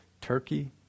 Turkey